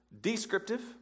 descriptive